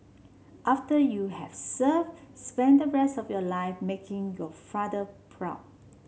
after you have served spend the rest of your life making your father proud